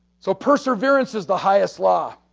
so, perseverance is the highest law.